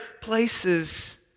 places